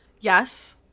Yes